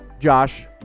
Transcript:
Josh